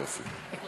יופי.